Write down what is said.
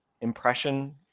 impression